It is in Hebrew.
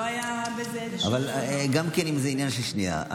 לא היה בזה איזשהו, גם אם זה עניין של שנייה.